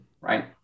right